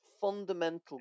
fundamental